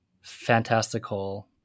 fantastical